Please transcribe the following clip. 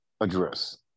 address